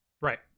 right